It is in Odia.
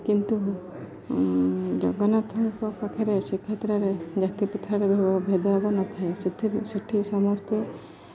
କିନ୍ତୁ ଜଗନ୍ନାଥଙ୍କ ପାଖରେ ଶ୍ରୀକ୍ଷେତ୍ରରେ ଜାତିପ୍ରଥାରେ ଭେଦଭାବ ନଥାଏ ସେଥି ସେଠି ସମସ୍ତେ